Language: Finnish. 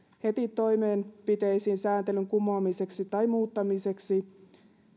heti toimenpiteisiin sääntelyn kumoamiseksi tai muuttamiseksi